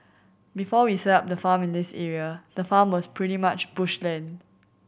before we set up the farm in this area the farm was pretty much bush land